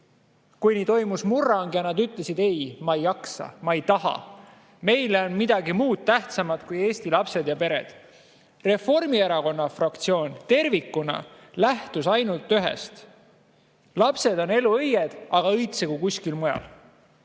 kuni toimus murrang ja nad ütlesid: "Ei, me ei jaksa. Me ei taha. Meile on midagi muud tähtsam kui Eesti lapsed ja pered."Reformierakonna fraktsioon tervikuna lähtus ainult ühest: lapsed on elu õied, aga õitsegu kuskil mujal.